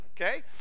okay